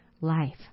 life